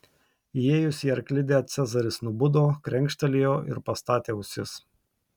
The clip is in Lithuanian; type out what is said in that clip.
įėjus į arklidę cezaris nubudo krenkštelėjo ir pastatė ausis